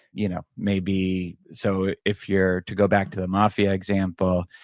you know maybe so if you're to go back to the mafia example,